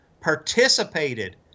participated